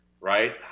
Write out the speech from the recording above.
right